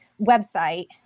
website